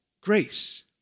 grace